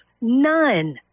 none